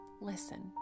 Listen